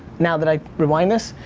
now that i rewind this?